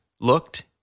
looked